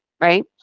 Right